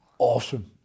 Awesome